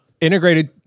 integrated